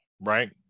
right